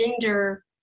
gender